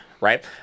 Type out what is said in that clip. right